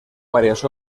varias